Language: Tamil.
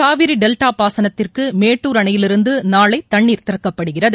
காவிரிடெல்டாபாசனத்திற்குமேட்டூர் அணையிலிருந்துநாளைதண்ணீர் திறக்கப்படுகிறது